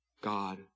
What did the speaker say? God